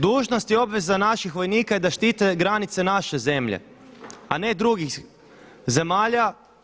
Dužnost i obveza naših vojnika je da štite granice naše zemlje, a ne drugih zemalja.